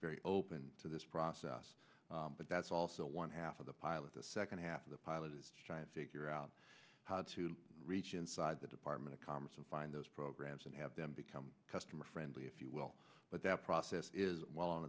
very open to this process but that's also one half of the pilot the second half of the pilot is trying to figure out how to reach inside the department of commerce and find those programs and have them become customer friendly if you will but that process is well on